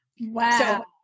Wow